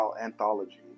anthology